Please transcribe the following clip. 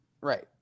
right